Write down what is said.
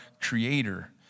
Creator